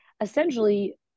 essentially